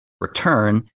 return